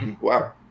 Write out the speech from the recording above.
wow